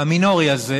המינורי הזה,